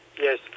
Yes